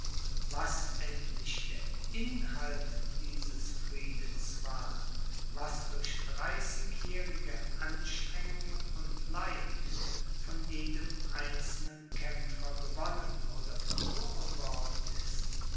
was endlich der inhalt dieses friedens war was durch dreißigjährige anstrengungen und leiden von jedem einzelnen kämpfer gewonnen oder verloren worden ist